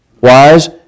Wise